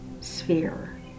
sphere